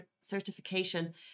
certification